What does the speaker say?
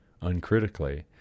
uncritically